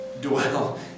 dwell